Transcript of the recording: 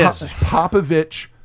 Popovich